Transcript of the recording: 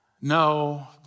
No